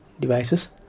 devices